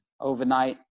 overnight